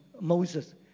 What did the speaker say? Moses